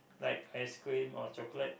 like ice cream or chocolate